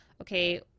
okay